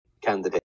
candidate